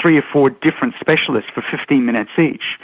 three or four different specialists for fifteen minutes each,